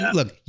look